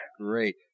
Great